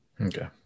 Okay